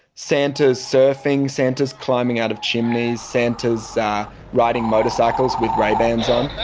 santas surfing, santas climbing out of chimneys, santas ah riding motorcycles with ray-bans on